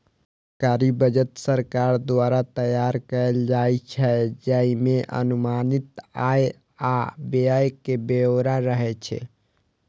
सरकारी बजट सरकार द्वारा तैयार कैल जाइ छै, जइमे अनुमानित आय आ व्यय के ब्यौरा रहै छै